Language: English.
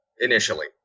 initially